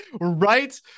Right